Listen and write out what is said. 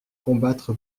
combattre